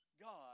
God